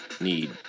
need